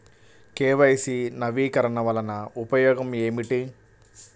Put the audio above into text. KYC నవీకరణ వలన ఉపయోగం ఏమిటీ?